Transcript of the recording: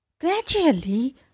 Gradually